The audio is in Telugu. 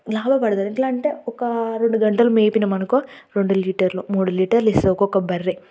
లాభపడతారు ఎట్లా అంటే ఒకా రెండు గంటలు మేపినమనుకో రెండు లీటర్లు మూడు లీటర్లు ఇస్తుంది ఒక్కొక్క బర్రె